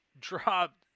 dropped